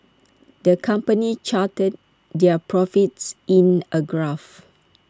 the company charted their profits in A graph